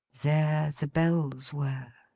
there the bells were.